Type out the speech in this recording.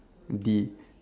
D